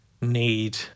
need